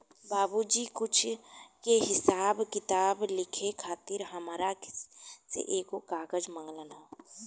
बाबुजी कुछ के हिसाब किताब लिखे खातिर हामरा से एगो कागज मंगलन